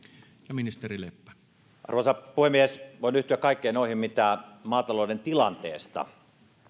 arvoisa puhemies voin yhtyä kaikkiin noihin mitä maatalouden tilanteesta